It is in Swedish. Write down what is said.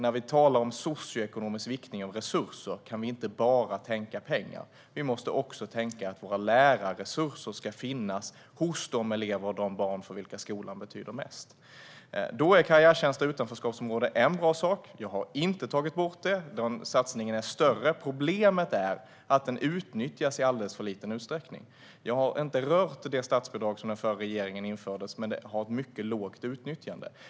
När vi talar om socioekonomisk viktning av resurser kan vi inte bara tänka på pengar. Vi måste också tänka på var lärarresurser ska finnas: hos de elever och de barn för vilka skolan betyder mest. Då är karriärtjänster i utanförskapsområden en bra sak. Jag har inte tagit bort dem. Den satsningen är större. Problemet är att den utnyttjas i alldeles för liten utsträckning. Jag har inte rört det statsbidrag som den förra regeringen införde, men det har mycket lågt utnyttjande.